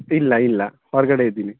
ಇಲ್ಲ ಇಲ್ಲ ಹೊರಗಡೆ ಇದ್ದೀನಿ